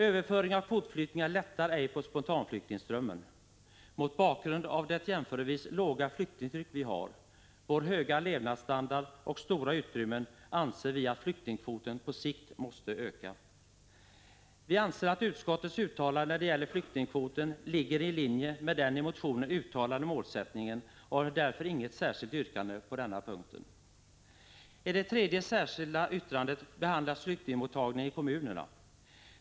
Överföring av kvotflyktingar minskar ej spontanflyktingström men. Mot bakgrund av det jämförelsevis låga flyktingtryck vi har, vår höga levnadsstandard och våra stora utrymmen anser vi att flyktingkvoten på sikt måste öka. Vi anser att utskottets uttalande när det gäller flyktingkvoten ligger i linje med den i motionen uttalade målsättningen och har därför inget särskilt yrkande på denna punkt. I det tredje särskilda yttrandet behandlas flyktingmottagningen i kommunerna.